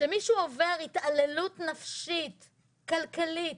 שמישהו עובר התעללות נפשית, כלכלית,